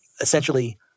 essentially